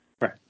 Right